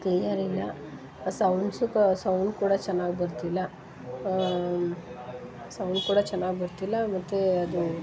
clear ಇಲ್ಲ ಸೌಂಡ್ಸೂ ಕ ಸೌಂಡ್ ಕೂಡ ಚೆನ್ನಾಗಿ ಬರ್ತಿಲ್ಲ ಸೌಂಡ್ ಕೂಡ ಚೆನ್ನಾಗಿ ಬರ್ತಿಲ್ಲ ಮತ್ತು ಅದು